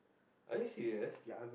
are you serious